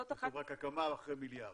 כתוב רק הקמה אחרי מיליארד.